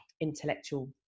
intellectual